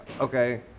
okay